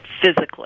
physically